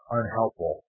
unhelpful